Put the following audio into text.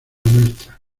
nuestra